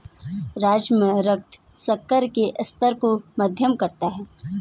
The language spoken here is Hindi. राजमा रक्त शर्करा के स्तर को मध्यम करता है